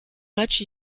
matchs